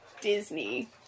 disney